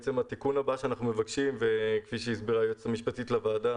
התיקון הבא שאנחנו מבקשים וכפי שהסבירה היועצת המשפטית לוועדה,